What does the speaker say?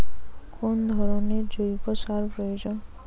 কোন ধরণের জৈব সার প্রয়োজন?